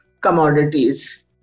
commodities